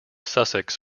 sussex